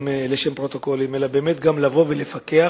לשם פרוטוקולים אלא באמת כדי לבוא ולפקח